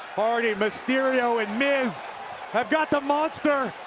hardy, mysterio and miz have got the monster.